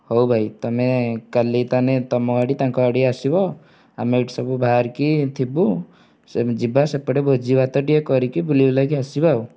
ହଉ ଭାଇ ତମେ କାଲି ତାହେନେ ତମ ଗାଡ଼ି ତାଙ୍କ ଗାଡ଼ି ଆସିବ ଆମେ ଏଇଠି ସବୁ ବାହରିକି ଥିବୁ ସେମ ଯିବା ସେପଟେ ଭୋଜିଭାତ ଟିକେ କରିକି ବୁଲିବୁଲାକି ଆସିବା ଆଉ